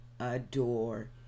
adore